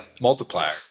Multiplier